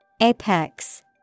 Apex